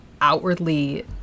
outwardly